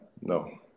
No